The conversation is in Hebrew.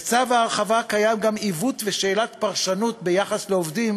בצו ההרחבה יש גם עיוות ושאלת פרשנות ביחס לעובדים